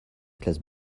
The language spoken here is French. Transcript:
classes